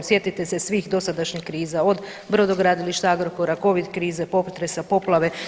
Sjetite se svih dosadašnjih kriza od brodogradilišta, Agrokora, covid krize, potresa, poplave.